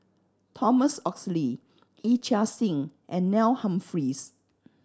Thomas Oxley Yee Chia Hsing and Neil Humphreys